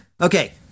Okay